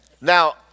Now